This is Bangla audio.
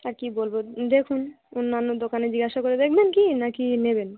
আর কী বলব দেখুন অন্যান্য দোকানে জিজ্ঞাসা করে দেখবেন কি না কি নেবেন